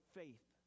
faith